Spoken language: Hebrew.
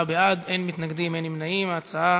ההצעה